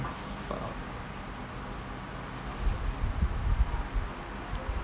fuck